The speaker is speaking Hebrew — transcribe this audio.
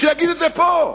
שיגיד את זה פה.